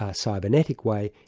ah cybernetic way,